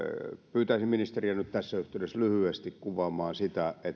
pyytäisin ministeriä nyt tässä yhteydessä lyhyesti kuvaamaan sitä että